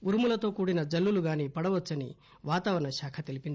ఉరుములతో కూడిన జల్లులుగానీ పడవచ్చని వాతావరణ శాఖ తెలిపింది